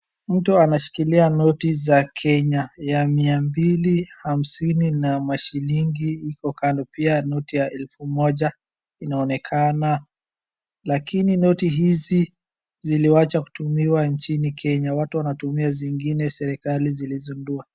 Mtu anashikilia noti za Kenya ya 250 na mashlingi iko kando, pia noti ya 1000 inaonekana. Lakini noti hizi ziliachwa kutumiwa nchini Kenya watu wanatumia zingine serikali zilizindua.